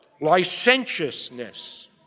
licentiousness